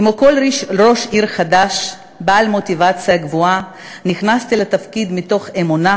כמו כל ראש עיר חדש בעל מוטיבציה גבוהה נכנסתי לתפקיד מתוך אמונה